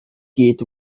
gyd